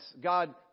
God